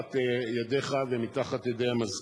מתחת ידיך ומתחת ידי המזכיר.